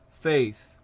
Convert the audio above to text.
faith